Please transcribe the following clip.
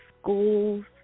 schools